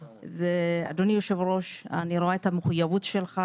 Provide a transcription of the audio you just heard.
אדוני היושב-ראש, אני רואה את המחויבות שלך.